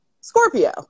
scorpio